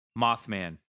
Mothman